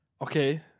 Okay